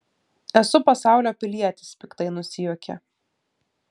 esu pasaulio pilietis piktai nusijuokė